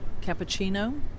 cappuccino